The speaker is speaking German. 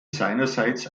seinerseits